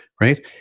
right